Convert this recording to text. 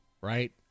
right